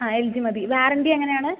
ആ L G മതി warranty എങ്ങനെയാണ്